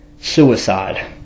suicide